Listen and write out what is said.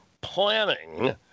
planning